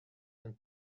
and